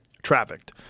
Trafficked